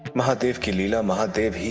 mahadev. mahadev.